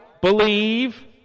believe